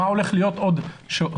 מה הולך להיות עוד שבוע,